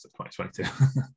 2022